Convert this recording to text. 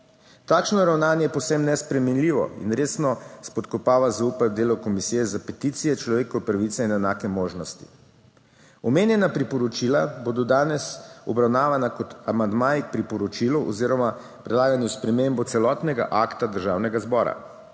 Takšno ravnanje je povsem nesprejemljivo in resno spodkopava zaupanje v delo Komisije za peticije, človekove pravice in enake možnosti. Omenjena priporočila bodo danes obravnavana kot amandmaji k priporočilu oziroma predlagani v spremembo celotnega akta Državnega zbora,